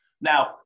Now